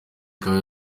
ikawa